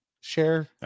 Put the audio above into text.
share